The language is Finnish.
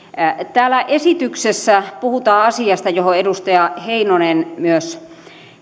täällä esityksessä puhutaan asiasta johon edustaja heinonen myös